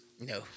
no